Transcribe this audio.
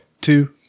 two